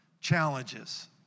challenges